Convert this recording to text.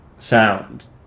sound